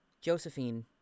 Josephine